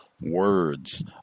words